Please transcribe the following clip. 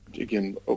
again